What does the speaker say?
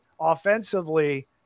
offensively